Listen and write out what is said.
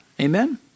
Amen